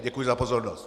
Děkuji za pozornost.